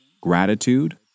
Gratitude